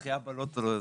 זכייה בלוטו.